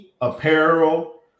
apparel